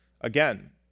Again